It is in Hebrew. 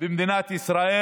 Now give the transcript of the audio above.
זה המעט שמדינת ישראל